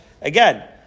again